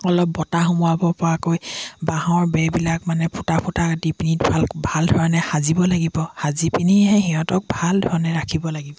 অলপ বতাহ সোমোৱাব পৰাকৈ বাঁহৰ বেৰবিলাক মানে ফুটা ফুটা দি পিনি ভাল ভাল ধৰণে সাজিব লাগিব সাজি পিনিহে সিহঁতক ভাল ধৰণে ৰাখিব লাগিব